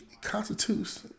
constitutes